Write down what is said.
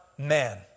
Man